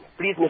please